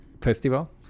festival